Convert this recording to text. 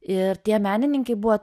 ir tie menininkai buvo